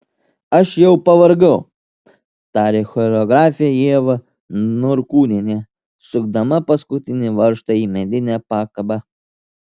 aš jau pavargau tarė choreografė ieva norkūnienė sukdama paskutinį varžtą į medinę pakabą